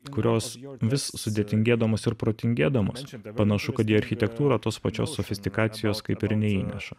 kurios vis sudėtingėdamos ir protingėdamos panašu kad į architektūrą tos pačios sofistikacijos kaip ir neįneša